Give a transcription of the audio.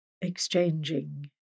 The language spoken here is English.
exchanging